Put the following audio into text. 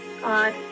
God